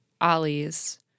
Ollie's